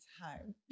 time